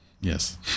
Yes